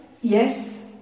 Yes